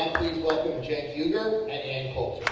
welcome cenk uygur and ann